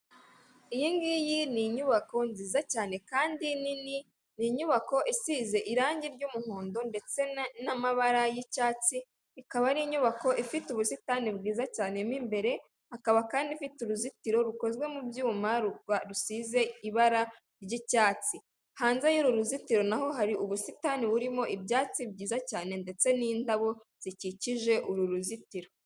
Iyi ngiyi ni inyubako nziza cyane kandi nini, ni inyubako isize irangi ry'umuhondo ndetse n'amabara y'icyatsi ikaba ari inyubako ifite ubusitani bwiza cyane mo imbere, hakaba kandi ifite uruzitiro rukozwe mu byuma rusize ibara ry'icyatsi, hanze y'uru ruzitiro naho hari ubusitani burimo ibyatsi byiza cyane ndetse n'indabo zikikije uru ruzitiro.